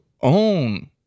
own